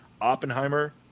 Oppenheimer